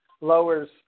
lowers